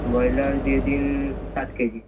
broiler দিয়ে দিন ষাট কেজি